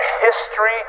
history